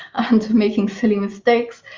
and making silly mistakes,